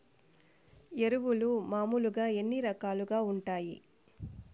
ఎరువులు మామూలుగా ఎన్ని రకాలుగా వుంటాయి?